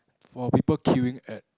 for people queuing at